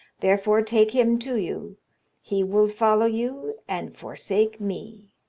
therefore take hym to you he will follow you and forsake me